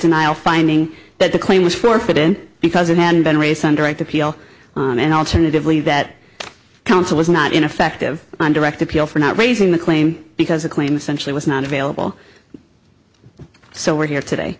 denial finding that the claim was forfeited because it hadn't been raised on direct appeal and alternatively that counsel was not ineffective on direct appeal for not raising the claim because the claim essentially was not available so we're here today